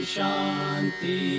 Shanti